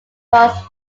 was